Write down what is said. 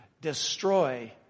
destroy